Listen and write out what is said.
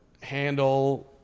handle